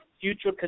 future